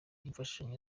imfashanyo